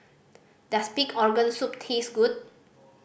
does pig organ soup taste good